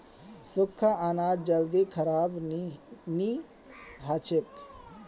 सुख्खा अनाज जल्दी खराब नी हछेक